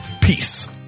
peace